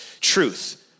truth